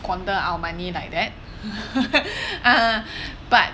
squander our money like that uh but